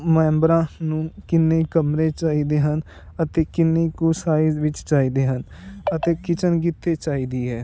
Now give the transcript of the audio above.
ਮੈਂਬਰਾਂ ਨੂੰ ਕਿੰਨੇ ਕਮਰੇ ਚਾਹੀਦੇ ਹਨ ਅਤੇ ਕਿੰਨੀ ਕੁ ਸਾਈਜ਼ ਵਿੱਚ ਚਾਹੀਦੇ ਹਨ ਅਤੇ ਕਿਚਨ ਕਿੱਥੇ ਚਾਹੀਦੀ ਹੈ